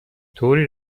طوری